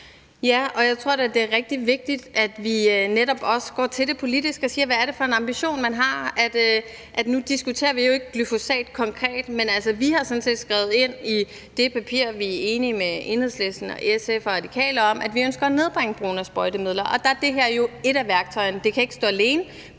Ja, og jeg tror da, det er rigtig vigtigt, at vi netop også går til det politisk og siger, hvad det er for en ambition, vi har. Nu diskuterer vi jo ikke glyfosat konkret, men vi har sådan set skrevet ind i det papir, vi er enige med Enhedslisten, SF og Radikale om, at vi ønsker at nedbringe brugen af sprøjtemidler, og der er det her jo et af værktøjerne. Det kan ikke stå alene,